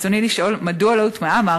ותשיב על שאילתה דחופה מס' 220 מאת חברת